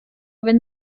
wenn